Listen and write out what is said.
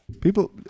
people